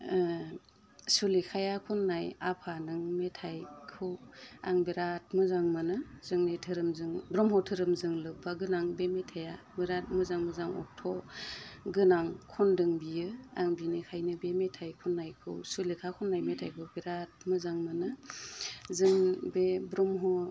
ओ सुलेखाया खननाय आफा नों मेथाइखौ आं बेराद मोजां मोनो जोंनि धोरोमजों ब्रह्म धोरोमजों ब्रह्म धोरोमजों लोबबा गोनां बे मेथाइआ बिराद मोजां मोजां अर्थ गोनां खनदों बियो आं बिनिखायनो बे मेथाइ खननायखौ सुलेखा खननाय मेथाइखौ बेराद मोजां मोनो जों बे ब्रह्म